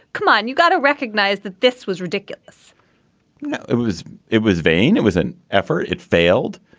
come on, you've got to recognize that this was ridiculous it was it was vain. it was an effort. it failed.